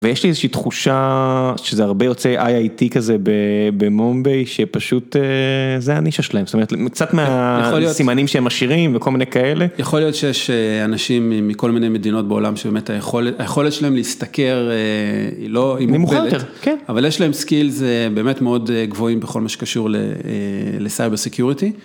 ויש לי איזושהי תחושה שזה הרבה יוצאי IIT כזה במומבי שפשוט זה הנישה להם, זאת אומרת קצת מהסימנים שהם עשירים וכל מיני כאלה. יכול להיות שיש אנשים מכל מיני מדינות בעולם שבאמת היכולת שלהם להשתכר היא לא, היא מוגבלת, אבל יש להם סקילס באמת מאוד גבוהים בכל מה שקשור לסייבר סיקיוריטי.